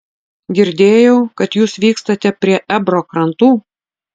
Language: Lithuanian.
girdėjau kad jūs vykstate prie ebro krantų